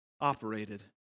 operated